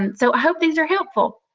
and so, i hope these are helpful.